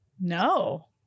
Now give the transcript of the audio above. No